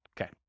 Okay